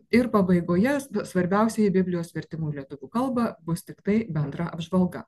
ir pabaigoje svarbiausieji biblijos vertimų lietuvių kalba bus tiktai bendra apžvalga